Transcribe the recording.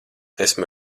esmu